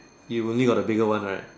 you only got the bigger one right